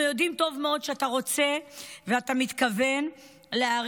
אנחנו יודעים טוב מאוד שאתה רוצה ואתה מתכוון להאריך